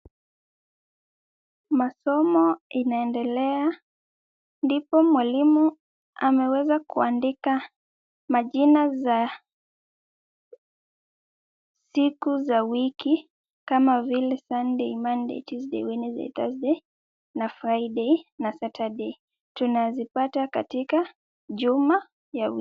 Masomo inaendelea, ndipo mwalimu ameweza kuandika majina za siku za wiki kama vile Sunday, Monday, Tuesday, Wednesday, Thursday na Friday na Saturday . Tunazipata katika juma ya wiki.